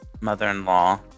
mother-in-law